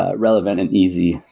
ah relevant and easy.